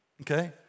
okay